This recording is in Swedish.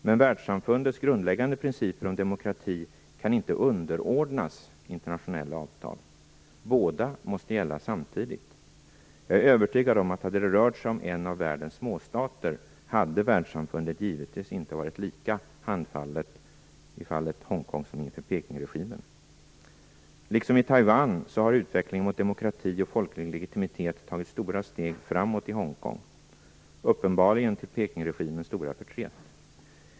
Men världssamfundets grundläggande principer om demokrati kan inte underordnas internationella avtal, båda måste gälla samtidigt. Jag är övertygad om att om det rört sig om en av världens småstater, hade världssamfundet givetvis inte varit lika handfallet i fallet Hongkong som inför Pekingregimen. Liksom i Taiwan har utvecklingen mot demokrati och folklig legitimitet tagit stora steg framåt i Hongkong, uppenbarligen till Pekingregimens stora förtret.